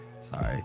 Sorry